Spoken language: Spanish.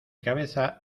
cabeza